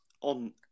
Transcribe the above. on